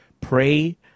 pray